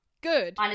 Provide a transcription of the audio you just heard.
good